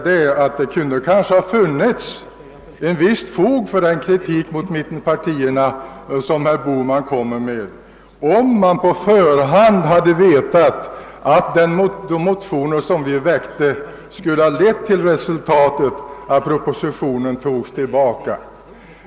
Det skulle kanske funnits ett visst fog för den kritik, som herr Bohman riktar mot mittenpartierna, om vi på förhand hade vetat att de motioner vi väckte skulle ha lett till att propositionen drogs tillbaka.